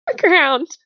ground